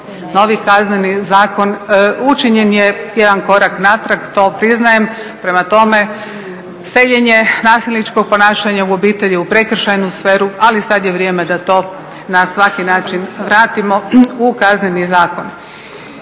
novi Kazneni zakon učinjen je jedan korak natrag, to priznajem. Prema tome, seljenje nasilničkog ponašanja u obitelji u prekršajnu sferu, ali sad je vrijeme da to na svaki način vratimo u Kazneni zakon.